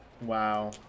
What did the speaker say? Wow